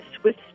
Swiss